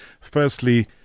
Firstly